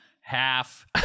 half